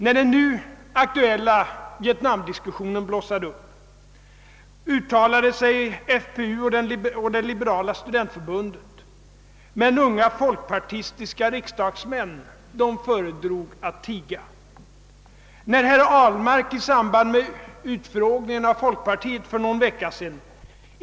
När den nu aktuella vietnamdiskussionen blossade upp, uttalade sig FPU och det liberala studentförbundet, men unga folkpartistiska riksdagsmän föredrog att tiga. Herr Ahlmark kunde inte undvika att beröra ämnet i samband med en utfrågning av folkpartiet för någon vecka sedan.